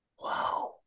Wow